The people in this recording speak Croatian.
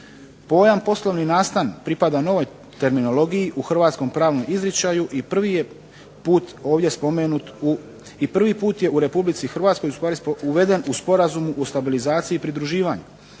Pojam poslovni nastan pripada novoj terminologiji u hrvatskom pravnom izričaju i prvi je put ovdje spomenut, i prvi put je u Republici Hrvatskoj u stvari uveden u Sporazumu o stabilizaciji i pridruživanju.